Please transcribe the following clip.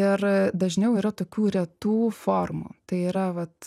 ir dažniau yra tokių retų formų tai yra vat